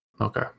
okay